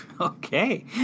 Okay